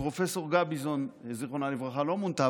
פרופ' גביזון ז"ל לא מונתה,